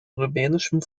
rumänischen